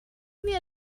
wir